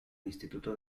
instituto